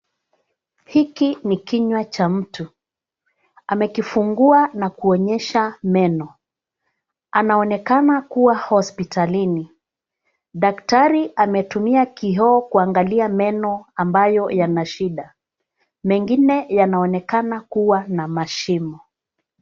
Hiki ni kinywa cha mtu, amekifungua na kuonyesha meno, anaonekana kuwa hospitalini. Daktari ametumia kioo kuangalia meno ambayo yana shida, mengine yanaonekana kuwa na mashimo.